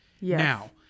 Now